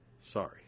Sorry